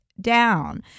down